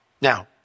Now